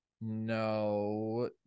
No